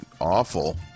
awful